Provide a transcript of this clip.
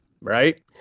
right